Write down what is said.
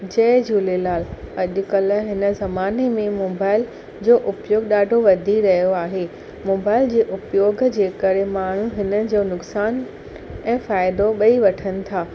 जय झूलेलाल अॼुकल्ह हिन ज़माने में मोबाइल जो उपयोगु ॾाढो वधी रहियो आहे मोबाइल जे उपयोगु जे करे माण्हू हिनजो नुक़सान ऐं फ़ाइदो ॿई वठनि था